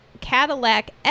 Cadillac